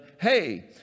hey